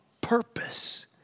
purpose